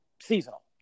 seasonal